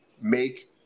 make